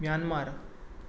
Myanmar